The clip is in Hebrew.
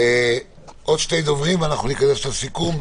עוד שני דוברים, ואנחנו ניכנס לסיכום.